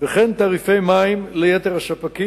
וכן תעריפי מים ליתר הספקים,